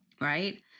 right